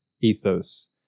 ethos